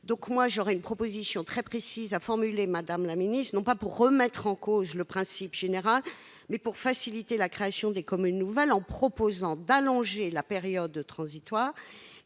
J'ai moi aussi une proposition très précise à formuler, non pas pour remettre en cause le principe général, mais pour faciliter la création des communes nouvelles : elle consiste à allonger la période transitoire,